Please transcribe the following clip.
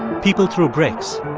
people threw bricks.